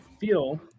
feel